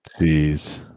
Jeez